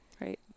Right